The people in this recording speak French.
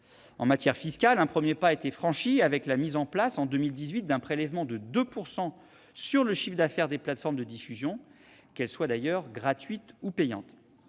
En matière fiscale, un premier pas a été franchi avec la mise en place, en 2018, d'un prélèvement de 2 % sur le chiffre d'affaires des plateformes de diffusion, qu'elles soient gratuites ou payantes.